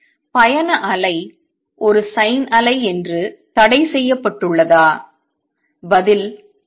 பயண அலை ஒரு sin அலை என்று தடைசெய்யப்பட்டுள்ளதா பதில் இல்லை